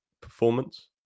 performance